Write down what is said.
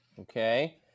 Okay